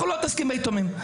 אנחנו לא מתעסקים ביתומים,